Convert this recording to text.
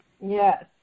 Yes